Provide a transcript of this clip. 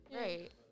right